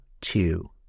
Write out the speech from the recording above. two